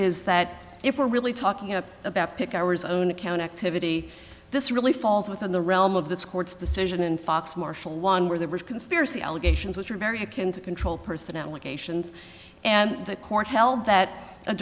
is that if we're really talking about pick our zone account activity this really falls within the realm of this court's decision and fox marshall one where they were conspiracy allegations which are very akin to control person allegations and the court held that a